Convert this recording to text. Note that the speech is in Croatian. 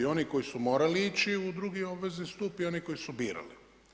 Oni koji su morali ići u drugi obvezni stup i oni koji su birali.